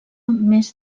més